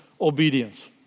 obedience